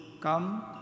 Come